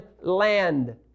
land